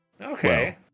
okay